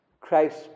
Christ